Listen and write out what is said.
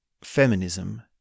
feminism